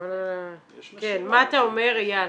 חבל על ה- -- כן, מה אתה אומר אייל?